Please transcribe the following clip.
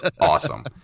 awesome